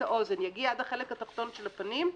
האוזן - יגיע עד החולק התחתון של הפנים.